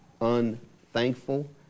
unthankful